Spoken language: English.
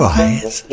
eyes